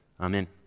Amen